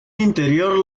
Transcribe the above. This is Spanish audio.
interior